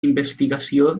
investigació